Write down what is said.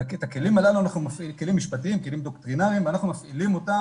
כלים דוקטרינרים ואנחנו מפעילים אותם